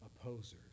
opposers